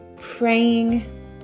praying